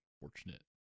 Fortunate